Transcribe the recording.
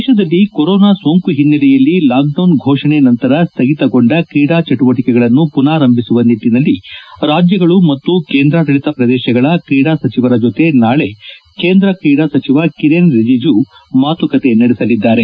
ದೇಶದಲ್ಲಿ ಕೊರೊನಾ ಸೋಂಕು ಹಿನ್ನೆಲೆಯಲ್ಲಿ ಲಾಕ್ಡೌನ್ ಫೋಷಣೆ ನಂತರ ಸ್ನಗಿತಗೊಂದ ಕ್ರೀಡಾ ಚಟುವಟಿಕೆಗಳನ್ನು ಪುನಾರಂಭಿಸುವ ನಿಟ್ಟಿನಲ್ಲಿ ರಾಜ್ಯಗಳು ಮತ್ತು ಕೇಂದ್ರಾಡಳಿತ ಪ್ರದೇಶಗಳ ಕ್ರೀಡಾ ಸಚಿವರ ಜತೆ ನಾಳಿ ಕೇಂದ್ರ ಕ್ರೀಡಾ ಸಚಿವ ಕಿರೆನ್ ರಿಜಿಜು ಮಾತುಕತೆ ನಡೆಸಲಿದ್ದಾರೆ